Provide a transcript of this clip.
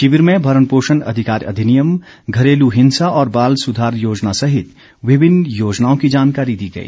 शिविर में भरण पोषण अधिकार अधिनियम घरेलू हिंस्सा और बाल सुधार योजना सहित विभिन्न योजनाओं की जानकारी दी गई